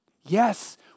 Yes